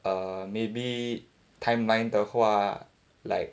err maybe timeline 的话 like